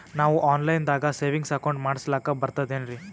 ನಾವು online ದಾಗ savings account ಮಾಡಸ್ಲಾಕ ಬರ್ತದೇನ್ರಿ?